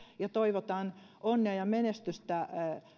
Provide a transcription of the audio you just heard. toivotan onnea ja menestystä